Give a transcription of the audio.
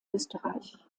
österreich